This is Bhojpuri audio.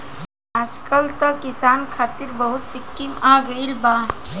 आजकल त किसान खतिर बहुत स्कीम आ गइल बा